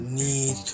need